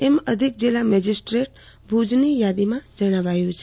એમ અધિક જિલ્લા મેજીસ્ટ્રેટ કચ્છ ભુજની યાદીમાં જણાવાયું છે